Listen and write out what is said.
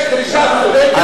יש דרישה צודקת.